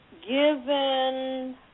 Given